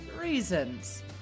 reasons